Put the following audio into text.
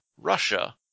Russia